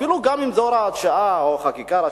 אפילו אם זו הוראת שעה או חקיקה ראשית,